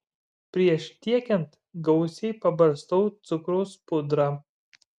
prieš tiekiant gausiai pabarstau cukraus pudra